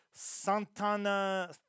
Santana